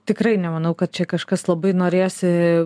tikrai nemanau kad čia kažkas labai norėsi